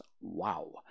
Wow